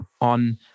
on